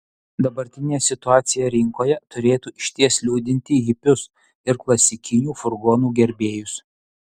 dabartinė situacija rinkoje turėtų išties liūdinti hipius ir klasikinių furgonų gerbėjus